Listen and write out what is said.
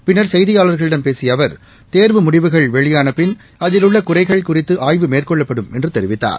பின்னா் செய்தியாளாகளிடம் பேசிய அவா் தோ்வு முடிவுகள் வெளியான பின் அதில் உள்ள குறைகள் குறித்து ஆயவு மேற்கொள்ளப்படும் என்று தெரிவித்தார்